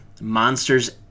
Monsters